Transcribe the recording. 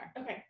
Okay